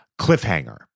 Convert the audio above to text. Cliffhanger